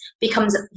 becomes